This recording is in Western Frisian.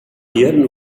jierren